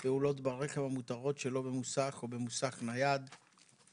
(פעולות ברכב המותרות שלא במוסך או במוסך נייד)(תיקון),